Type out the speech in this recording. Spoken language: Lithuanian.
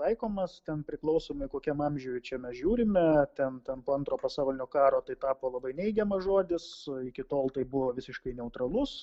taikomas ten priklausomai kokiam amžiui čia mes žiūrime ten ten po antro pasaulinio karo tai tapo labai neigiamas žodis iki tol tai buvo visiškai neutralus